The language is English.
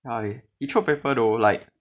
you throw paper though like